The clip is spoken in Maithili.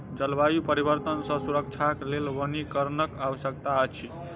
जलवायु परिवर्तन सॅ सुरक्षाक लेल वनीकरणक आवश्यकता अछि